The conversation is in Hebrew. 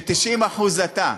ש-90% אתה,